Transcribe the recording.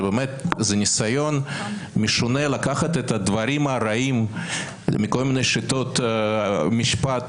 זה ניסיון משונה לקחת את הדברים הרעים מכל מיני שיטות משפט,